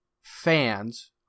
fans